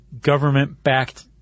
government-backed